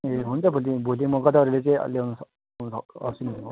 ए हुन्छ भोलि भोलि म गदावरीले चाहिँ ल्याउन सक् ल्याउनु आउँछु नि म